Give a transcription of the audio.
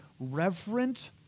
Reverent